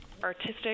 artistic